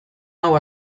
hau